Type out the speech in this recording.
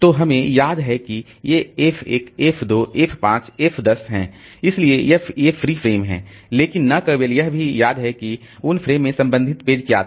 तो हमें याद है कि ये एफ 1 एफ 2 एफ 5 एफ 10 हैं इसलिए ये फ्री फ्रेम हैं लेकिन न केवल यह भी याद है कि उन फ्रेम में संबंधित पेज क्या था